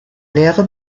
lehre